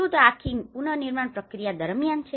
શું તો આખી પુનર્નિર્માણ પ્રક્રિયા દરમ્યાન છે